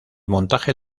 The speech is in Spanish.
montaje